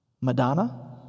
Madonna